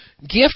gift